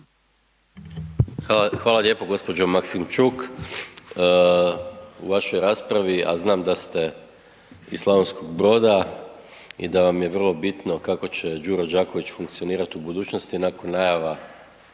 Hvala lijepo g. Maksimčuk. U vašoj raspravi, a znam da ste iz Slavonskog Broda i da vam je vrlo bitno kako će Đuro Đaković funkcionirati u budućnosti nakon najava